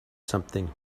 something